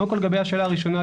קודם כול לגבי השאלה הראשונה.